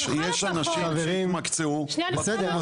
אנשים שהתמקצעו בתחום הזה יהיו גם ברשות שוק ההון.